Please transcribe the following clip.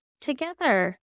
together